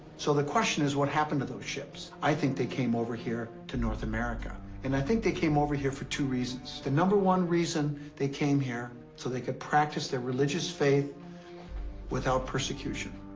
so the question is, what happened to those ships? i think they came over here to north america. and i think they came over here for two reasons. the number one reason they came here so they could practice their religious faith without persecution.